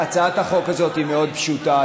הצעת החוק הזאת היא מאוד פשוטה,